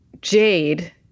Jade